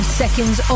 seconds